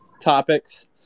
topics